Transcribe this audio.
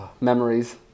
memories